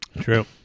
True